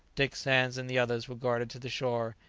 dick sands and the others were guarded to the shore,